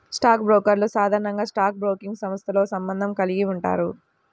stock బ్రోకర్లు సాధారణంగా stock broking సంస్థతో సంబంధం కలిగి ఉంటారు